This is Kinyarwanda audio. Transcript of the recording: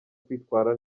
kwitwara